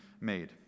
made